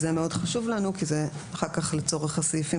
זה מאוד חשוב לנו כי זה אחר כך לצורך הסעיפים